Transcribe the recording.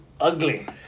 ugly